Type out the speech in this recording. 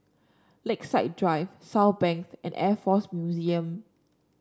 Lakeside Drive Southbank and Air Force Museum